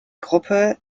gruppe